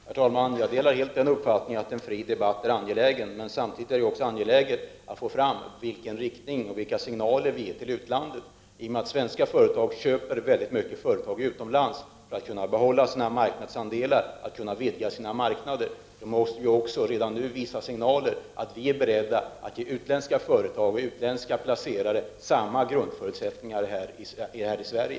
Herr talman! Jag delar helt uppfattningen att en fri debatt är angelägen. Men samtidigt är det viktigt att få fram vilka signaler vi ger till utlandet. Svenska företag köper många företag utomlands för att kunna behålla mark nadsandelar och vidga marknaderna. Vi måste därför redan nu visa att vi är beredda att ge utländska företag och placerare samma grundförutsättningar här i Sverige.